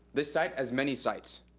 this site, as many sites,